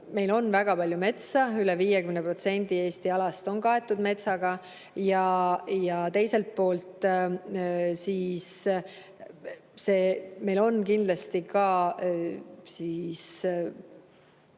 meil on väga palju metsa, üle 50% Eesti alast on kaetud metsaga – ja teiselt poolt on meil kindlasti ka liike,